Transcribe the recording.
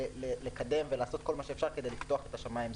לקדם ולעשות כל שאפשר כדי לפתוח את השמיים.